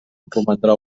romandrà